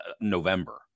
November